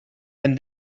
and